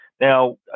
Now